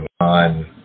on